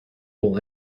will